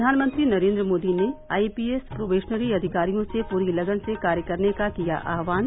प्रधानमंत्री नरेन्द्र मोदी ने I P S probationary अधिकारियों से पूरी लगन से कार्य करने का किया आह्वान